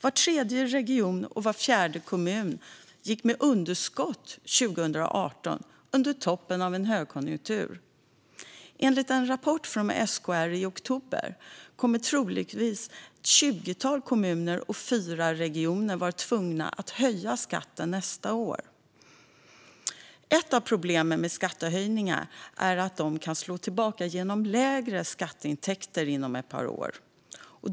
Var tredje region och var fjärde kommun gick med underskott 2018, under toppen av en högkonjunktur. Enligt en rapport från SKR i oktober kommer troligen ett tjugotal kommuner och fyra regioner att vara tvungna att höja skatten nästa år. Ett av problemen med skattehöjningar är att de kan slå tillbaka genom lägre skatteintäkter inom ett par år.